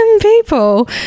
people